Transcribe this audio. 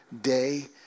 day